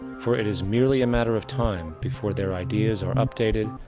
for it is merely a matter of time before their ideas are updated,